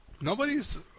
nobody's